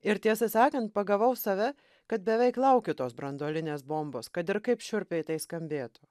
ir tiesą sakant pagavau save kad beveik laukiu tos branduolinės bombos kad ir kaip šiurpiai tai skambėtų